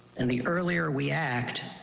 and the earlier we act,